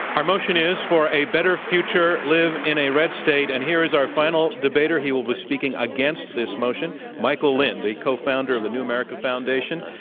our motion is for a better future, live in a red state, and here is our final debater. he will be speaking against this motion, michael lind, the co-founder of the new america foundation,